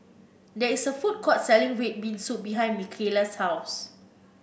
there is a food court selling red bean soup behind Micaela's house